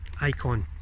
Icon